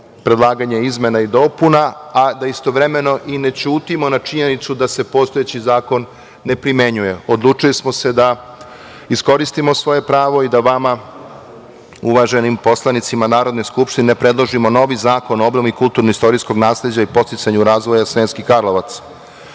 predlaganje izmena i dopuna, a da istovremeno i ne ćutimo na činjenica da se postojeći zakon ne primenjuje. Odlučili smo se da iskoristimo svoje pravo i da vama, uvaženim poslanicima Narodne skupštine, predložimo novi zakon o obnovi kulturno-istorijskog nasleđa i podsticanju razvoja Sremskih Karlovaca. Nadam